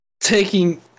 taking